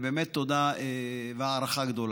תודה והערכה גדולה.